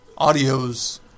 audios